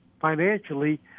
financially